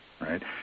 right